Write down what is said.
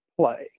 play